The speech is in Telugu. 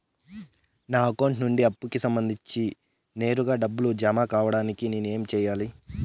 నా అకౌంట్ నుండి అప్పుకి సంబంధించి నేరుగా డబ్బులు జామ కావడానికి నేను ఏమి సెయ్యాలి?